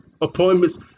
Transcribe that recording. appointments